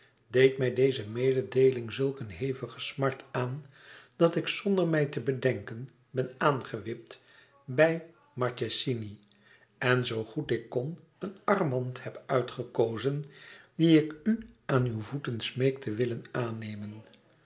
deed mij deze mededeeling zulk een hevige smart aan dat ik zonder mij te bedenken ben aangewipt bij marchesini en zoo goed ik kon een armband heb uitgekozen dien ik u aan uw voeten smeek te willen aannemen